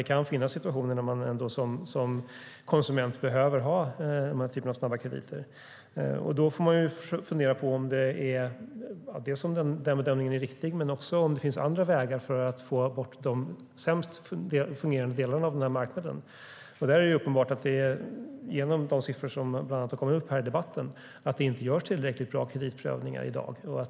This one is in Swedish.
Det kan finnas situationer där man som konsument behöver snabba krediter. Då får man ju fundera över om den bedömningen är riktig och också om det finns andra vägar för att få bort de sämst fungerande delarna på den här marknaden. De siffror som har tagits upp här i debatten visar att det inte görs tillräckligt bra kreditprövningar i dag.